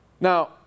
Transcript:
Now